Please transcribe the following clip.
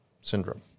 syndrome